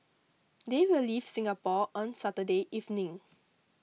they will leave Singapore on Saturday evening